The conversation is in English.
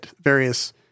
various